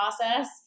process